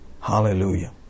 Hallelujah